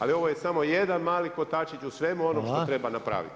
Ali ovo je samo jedan mali kotačić u svemu onome što treba napraviti.